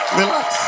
relax